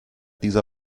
dieser